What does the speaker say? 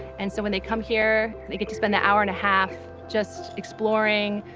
and so when they come here they get to spend an hour and a half just exploring,